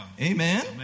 Amen